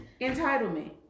Entitlement